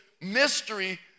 mystery